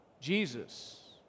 Jesus